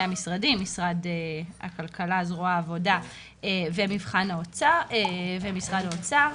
המשרדים - משרד הכלכלה זרוע העבודה ומשרד האוצר.